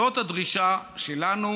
זאת הדרישה שלנו,